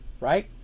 Right